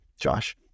josh